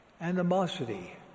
animosity